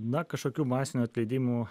na kažkokių masinių atleidimų